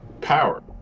power